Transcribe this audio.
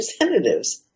Representatives